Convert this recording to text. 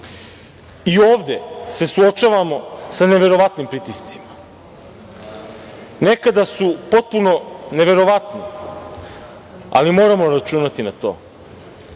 ovde se suočavamo sa neverovatnim pritiscima. Nekada su potpuno neverovatni, ali moramo računati na to,